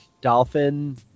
dolphin